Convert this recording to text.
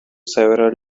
several